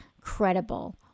credible